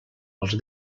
els